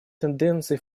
тенденции